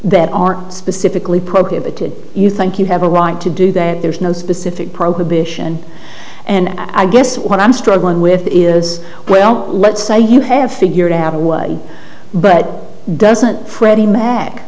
that aren't specifically prohibited you think you have a right to do that there's no specific program bishan and i guess what i'm struggling with is well let's say you have figured out a way but doesn't fredd